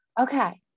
Okay